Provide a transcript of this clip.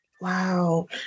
Wow